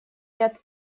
ряд